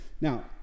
Now